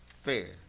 fair